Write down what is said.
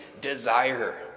desire